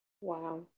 Wow